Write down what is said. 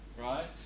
Right